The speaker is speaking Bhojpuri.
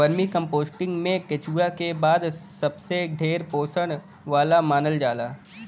वर्मीकम्पोस्टिंग में केचुआ के खाद सबसे ढेर पोषण वाला मानल जाला